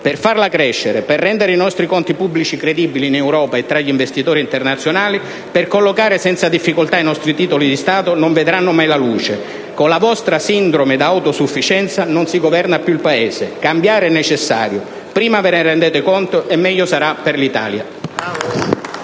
per farla crescere, per rendere i nostri conti pubblici credibili in Europa e tra gli investitori internazionali, per collocare senza difficoltà i nostri titoli di Stato, non vedranno mai la luce. Con la vostra sindrome di autosufficienza non si governa più il Paese. Cambiare è necessario. Prima ve ne rendete conto e meglio sarà per l'Italia.